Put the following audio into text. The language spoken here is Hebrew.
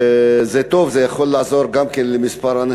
וזה טוב וזה יכול גם לעזור לכמה אנשים.